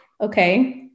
okay